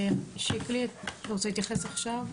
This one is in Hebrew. שיקלי, אתה רוצה להתייחס עכשיו?